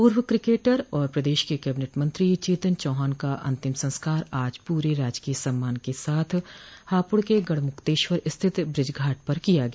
पूर्व किकेटर और प्रदेश के कैबिनेट मंत्री चेतन चौहान का अंतिम संस्कार आज पूरे राजकीय सम्मान के साथ हापुड़ के गढ़मुक्तेश्वर स्थित ब्रजघाट पर किया गया